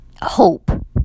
Hope